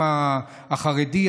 העם החרדי,